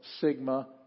sigma